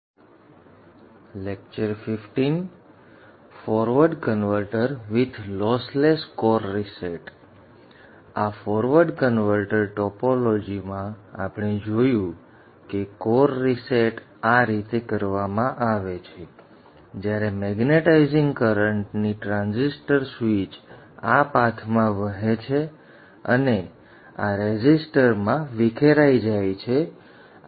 આ forward converter topology માં આપણે જોયું કે કોર રીસેટ આ રીતે કરવામાં આવે છે જ્યારે મેગ્નેટીઝીંગ કરન્ટ ની ટ્રાન્ઝિસ્ટર સ્વીચ આ પાથમાં વહે છે અને આ રેસિસ્ટોર માં વિખેરાઇ જાય છે